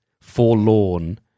forlorn